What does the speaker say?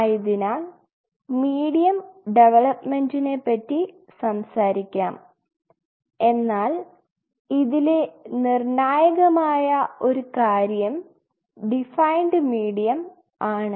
ആയതിനാൽ മീഡിയം ഡവലപ്പ്മെൻറ്നെ പറ്റി സംസാരിക്കാം എന്നാൽ ഇതിലെ നിർണായകമായ ഒരു കാര്യം ഡിഫൈൻഡ് മീഡിയം ആണ്